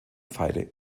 feile